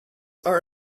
are